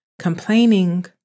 Complaining